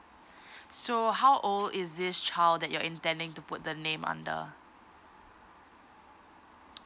so how old is this child that you're intending to put the name under